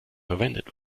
verwendet